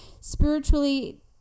spiritually